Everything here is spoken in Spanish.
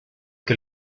que